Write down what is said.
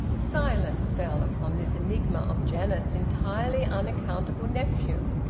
silence fell upon this enigma of janet's entirely unaccountable nephew.